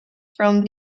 from